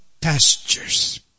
pastures